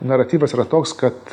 naratyvas yra toks kad